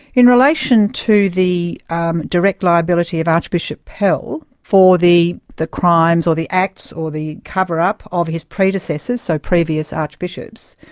in relation to the um direct liability of archbishop pell for the the crimes or the acts or the cover-up of his predecessor, so previous archbishops,